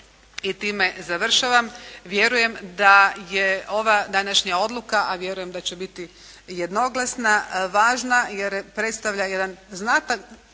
i time završavam vjerujem da je ova današnja odluka, a vjerujem da će biti jednoglasna važna jer predstavlja jedan znatan